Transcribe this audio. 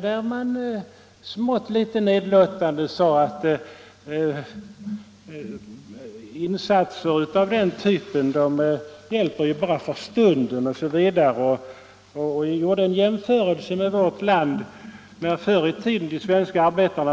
Där sade hon smått nedlåtande att insatser av den förra typen ju bara hjälper för stunden och gjorde en jämförelse med vårt land — när arbetarna förr i tiden